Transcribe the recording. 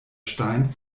stein